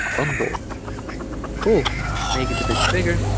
bundle cool make it a bit bigger